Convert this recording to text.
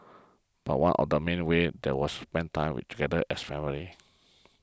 but one of the mini ways that was spent time together as a family